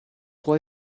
droit